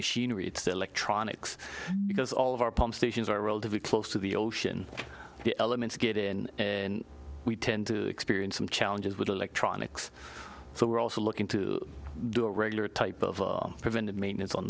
machinery it's the electronics because all of our pump stations are relatively close to the ocean the elements get in and we tend to experience some challenges with electronics so we're also looking to do a regular type of preventive maintenance on